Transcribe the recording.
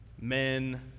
men